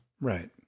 right